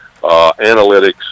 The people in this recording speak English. analytics